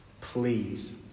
Please